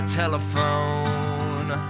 telephone